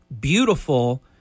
beautiful